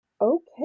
Okay